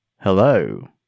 Hello